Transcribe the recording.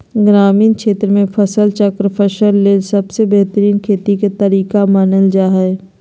ग्रामीण क्षेत्र मे फसल चक्रण फसल ले सबसे बेहतरीन खेती के तरीका मानल जा हय